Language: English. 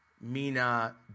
Mina